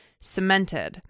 cemented